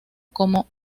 como